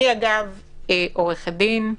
אני אגב עורכת דין,